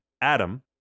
Adam